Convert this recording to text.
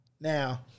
Now